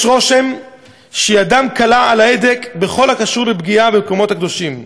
יש רושם שידם קלה על ההדק בכל הקשור לפגיעה במקומות הקדושים.